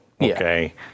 Okay